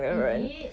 is it